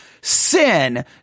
Sin